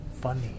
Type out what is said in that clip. Funny